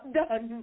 done